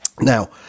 Now